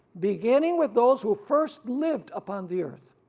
beginning with those who first lived upon the earth,